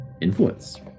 Influence